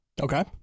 okay